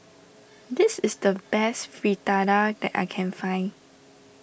this is the best Fritada that I can find